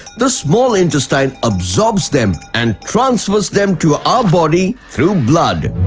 the small intestine absorbs them and transfers them to our body through blood.